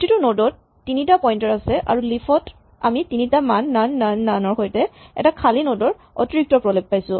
প্ৰতিটো নড ত তিনিটা পইন্টাৰ আছে আৰু লিফ ত আমি তিনিটা মান নন নন নন ৰ সৈতে এটা খালী নড ৰ অতিৰিক্ত প্ৰলেপ পাইছো